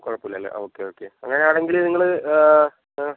കുഴപ്പമില്ലല്ലേ okay okay അങ്ങനെയാണെങ്കിൽ നിങ്ങൾ ആ